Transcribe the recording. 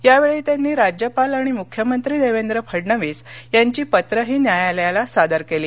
यावेळी त्यांनी राज्यपाल आणि मुख्यमंत्री देवेंद्र फडणवीस यांची पत्रही न्यायालयात सादर केली